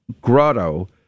Grotto